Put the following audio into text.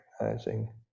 recognizing